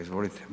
Izvolite.